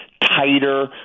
tighter